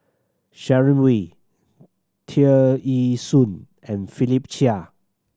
Sharon Wee Tear Ee Soon and Philip Chia